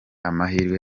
amahirwe